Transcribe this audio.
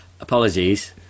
Apologies